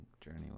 journey